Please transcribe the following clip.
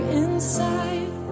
inside